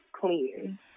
clean